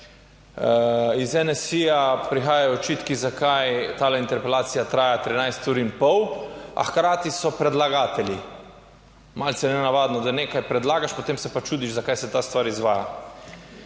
Iz NSi-ja prihajajo očitki, zakaj ta interpelacija traja 13 ur in pol, a hkrati so predlagatelji. Malce nenavadno, da nekaj predlagaš, potem se pa čudiš, zakaj se ta stvar izvaja.